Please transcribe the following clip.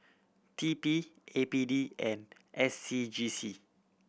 T P A P D and S C G C